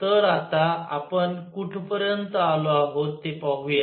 तर आता आपण कुठपर्यंत आलो आहोत ते पाहूया